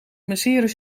masseren